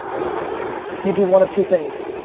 you do one of two things,